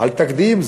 אל תקדים.